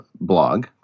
blog